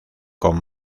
con